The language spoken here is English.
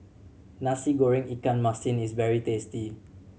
Nasi Goreng ikan masin is very tasty